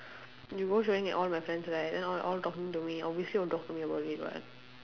you go showing it all my friends right then all all talking to me obviously will talk to me about it [what]